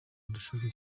ndashaka